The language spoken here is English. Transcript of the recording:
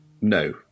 no